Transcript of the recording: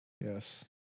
Yes